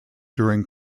during